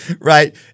right